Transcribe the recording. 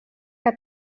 que